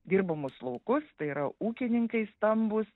dirbamus laukus tai yra ūkininkai stambūs